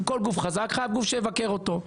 כל גוף חזק חייב גוף שיבקר אותו.